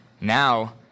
now